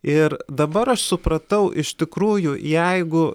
ir dabar aš supratau iš tikrųjų jeigu